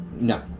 No